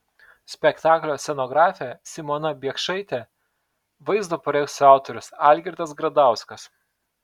spektaklio scenografė simona biekšaitė vaizdo projekcijų autorius algirdas gradauskas